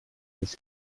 this